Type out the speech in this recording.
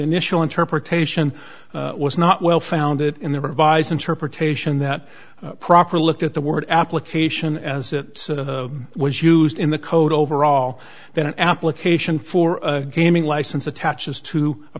initial interpretation was not well founded in the revised interpretation that proper look at the word application as it was used in the code overall that an application for a gaming license attaches to a